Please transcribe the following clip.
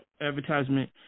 advertisement